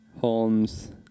Holmes